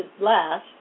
last